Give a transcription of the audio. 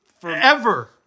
forever